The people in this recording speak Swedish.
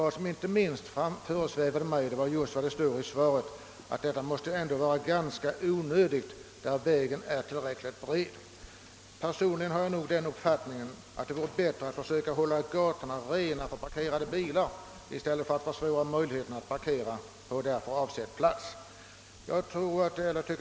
Vad som inte minst föresvävade mig var just det som står i svaret, att dessa bestämmelser måste vara onödiga där vägen eller gatan är tillräckligt bred. Personligen har jag den uppfattningen, att det vore bättre att försöka hålla gatorna rena från parkerade bilar än att försvåra möjligheterna att parkera på därför avsedda platser.